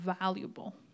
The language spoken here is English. valuable